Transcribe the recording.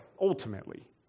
ultimately